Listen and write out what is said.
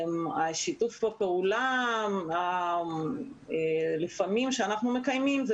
שיתוף הפעולה שאנחנו מקיימים לפעמים זה